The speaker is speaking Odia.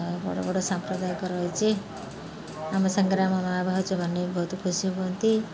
ଆଉ ବଡ଼ ବଡ଼ ସାମ୍ପ୍ରଦାୟକ ରହିଛି ଆମ ସାଙ୍ଗରେ ଆମ ମାଆ ଭାଉଜମାନେ ବି ବହୁତ ଖୁସି ହୁଅନ୍ତି